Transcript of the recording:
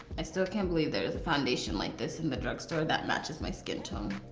i still can't believe there is a foundation like this in the drugstore that matches my skin tone.